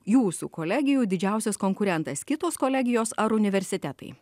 jūsų kolegijų didžiausias konkurentas kitos kolegijos ar universitetai